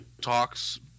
talks